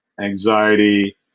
anxiety